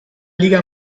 liga